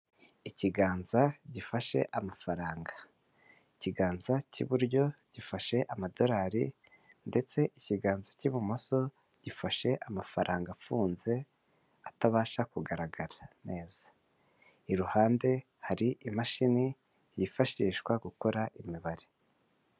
Ikiganza gifashe amafaranga. Ikiganza cy'iburyo gifashe amadorari ndetse ikiganza cy'ibumoso gifashe amafaranga afunze atabasha kugaragara neza, iruhande hari imashini yifashishwa gukora imibare.